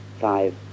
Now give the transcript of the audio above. five